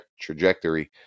trajectory